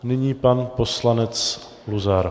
Nyní pan poslanec Luzar.